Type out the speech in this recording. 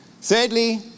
Thirdly